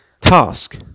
task